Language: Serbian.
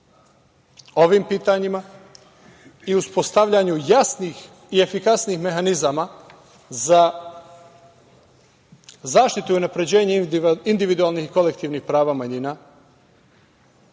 ovim pitanjima i uspostavljanju jasnih i efikasnih mehanizama za zaštitu i unapređenje individualnih i kolektivnih prava manjina,